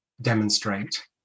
demonstrate